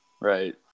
Right